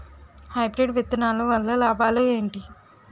Hybrid విత్తనాలు వల్ల లాభాలు ఏంటి?